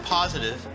positive